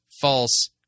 false